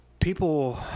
people